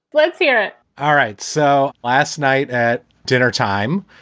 let's hear it all right. so last night at dinner time,